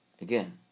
again